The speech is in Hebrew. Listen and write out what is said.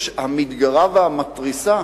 המתגרה והמתריסה